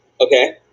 Okay